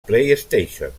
playstation